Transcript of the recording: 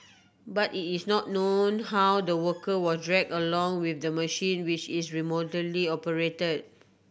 but it is not known how the worker was drag along with the machine which is remotely operated